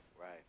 right